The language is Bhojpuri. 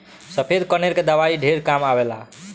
सफ़ेद कनेर के दवाई ढेरे काम आवेल